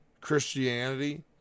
Christianity